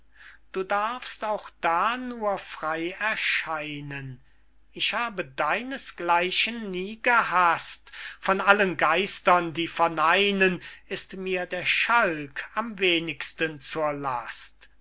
du darfst auch da nur frey erscheinen ich habe deines gleichen nie gehaßt von allen geistern die verneinen ist mir der schalk am wenigsten zur last